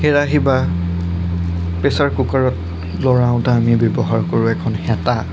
কেৰাহী বা প্ৰেচাৰ কুকাৰত লৰাওতে আমি ব্যৱহাৰ কৰো এখন হেতা